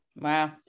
Wow